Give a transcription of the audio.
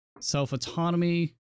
self-autonomy